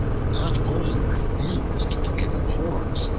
not only refused to give him horns,